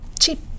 cheap